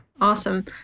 Awesome